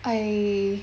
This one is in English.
I